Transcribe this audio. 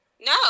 No